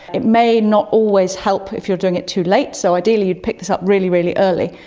it may not always help if you are doing it too late, so ideally you'd pick this up really, really early.